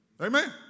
amen